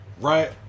Right